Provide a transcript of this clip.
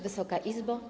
Wysoka Izbo!